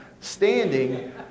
standing